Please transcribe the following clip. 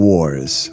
Wars